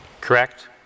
correct